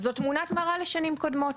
זאת תמונת מראה לשנים קודמות.